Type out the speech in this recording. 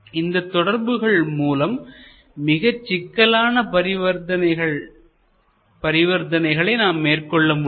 இந்த தொடர்புகள் மூலம் மிகச் சிக்கலான பரிவர்த்தனைகளை நாம் மேற்கொள்ள முடியும்